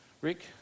Rick